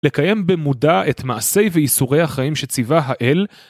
לקיים במודע את מעשי ואיסורי החיים שציווה האל